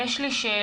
יש לי שאלה,